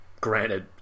Granted